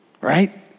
right